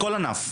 בכל ענף.